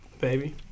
baby